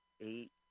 eight